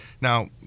Now